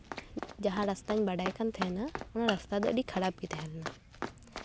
ᱡᱟᱦᱟᱸ ᱨᱟᱥᱛᱟᱧ ᱵᱟᱰᱟᱭ ᱠᱟᱱ ᱛᱟᱦᱮᱱᱟ ᱚᱱᱟ ᱨᱟᱥᱛᱟ ᱫᱚ ᱟᱹᱰᱤ ᱠᱷᱟᱨᱟᱯ ᱜᱮ ᱛᱟᱦᱮᱸ ᱞᱮᱱᱟ